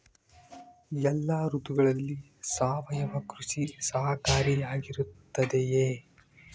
ಎಲ್ಲ ಋತುಗಳಲ್ಲಿ ಸಾವಯವ ಕೃಷಿ ಸಹಕಾರಿಯಾಗಿರುತ್ತದೆಯೇ?